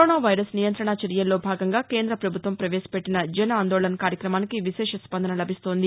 coronavirus నియంత్రణ చర్యల్లో భాగంగా కేంద్రప్రభుత్వం పవేశపెట్టిన జన్ ఆందోళన్ కార్యక్రమానికి విశేష స్పందన లభిస్తోంది